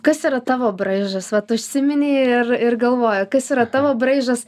kas yra tavo braižas vat užsiminei ir ir galvoju kas yra tavo braižas